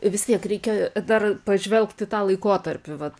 vis tiek reikia dar pažvelgt į tą laikotarpį vat